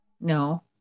No